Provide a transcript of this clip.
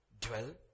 dwell